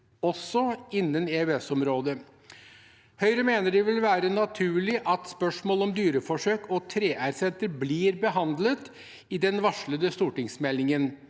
også innen EØS-området. Høyre mener det vil være naturlig at spørsmål om dyreforsøk og 3R-senter blir behandlet i den varslede stortingsmeldingen.